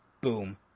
boom